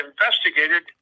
investigated